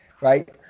right